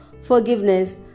forgiveness